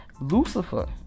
Lucifer